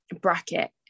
bracket